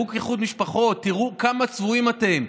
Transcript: בחוק איחוד משפחות, תראו כמה צבועים אתם.